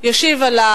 ועל ישראל,